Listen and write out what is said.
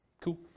Cool